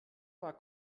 war